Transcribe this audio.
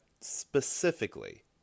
specifically